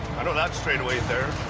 i know that straightaway's there.